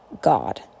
God